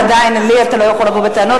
ועדיין אלי אתה לא יכול לבוא בטענות,